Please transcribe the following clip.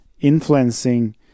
influencing